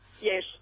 Yes